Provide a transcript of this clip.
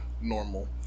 normal